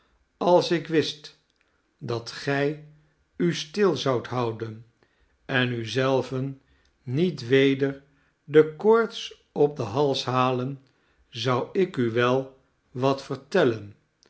als ik wist dat gij u stil zoudt houden en u zelven niet weder de koorts op den hals halen zou ik u wel wat vertellen